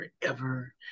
forever